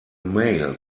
mail